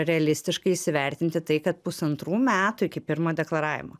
realistiškai įsivertinti tai kad pusantrų metų iki pirmo deklaravimo